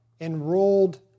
enrolled